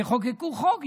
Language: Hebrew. תחוקקו חוק.